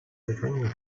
verschwinden